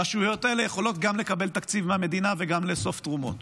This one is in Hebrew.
הרשויות האלה יכולות גם לקבל תקציב מהמדינה וגם לאסוף תרומות.